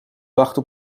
wachten